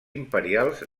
imperials